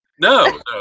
No